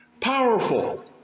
powerful